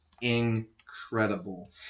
incredible